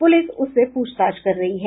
police उससे पूछताछ कर रही है